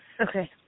Okay